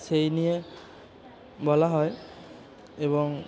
সেই নিয়ে বলা হয় এবং